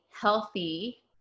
healthy